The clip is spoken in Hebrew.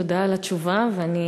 תודה על התשובה, ואני